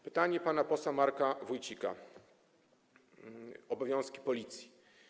Pytanie pana posła Marka Wójcika o obowiązki Policji.